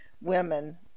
women